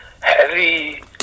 heavy